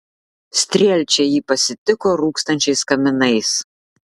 strielčiai jį pasitiko rūkstančiais kaminais